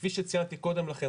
כפי שציינתי קודם לכן,